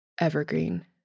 Evergreen